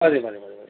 മതി മതി മതി മതി